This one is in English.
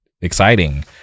exciting